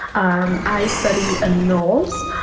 um i study anoles.